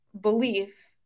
belief